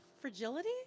fragility